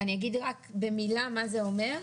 אני אגיד רק במילה מה זה אומר,